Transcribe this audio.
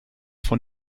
von